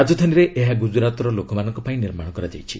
ରାଜଧାନୀରେ ଏହା ଗୁକୁରାତର ଲୋକମାନଙ୍କ ପାଇଁ ନିର୍ମାଣ କରାଯାଇଛି